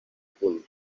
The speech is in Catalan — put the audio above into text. punt